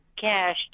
cash